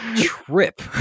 trip